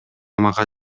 мага